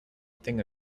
thing